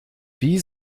wie